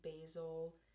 basil